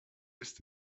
ist